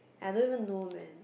I don't even do math